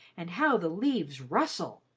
and how the leaves rustle!